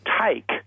take